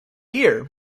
year